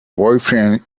boyfriend